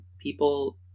people